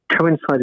coincided